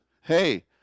hey